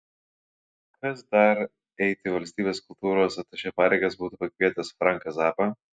kas dar eiti valstybės kultūros atašė pareigas būtų pakvietęs franką zappą